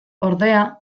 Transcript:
ordea